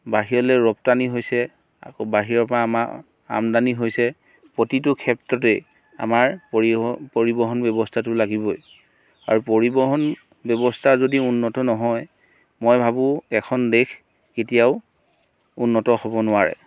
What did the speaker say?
বাহিৰলৈ ৰপ্তানি হৈছে আকৌ বাহিৰৰপৰা আমাৰ আমদানি হৈছে প্ৰতিটো ক্ষেত্ৰতে আমাৰ পৰিবহণ ব্যৱস্থাটো লাগিবই আৰু পৰিবহণ ব্যৱস্থা যদি উন্নত নহয় মই ভাবো এখন দেশ উন্নত হ'ব নোৱাৰে